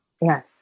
Yes